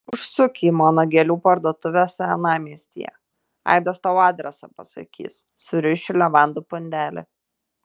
užsuk į mano gėlių parduotuvę senamiestyje aidas tau adresą pasakys surišiu levandų pundelį